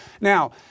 Now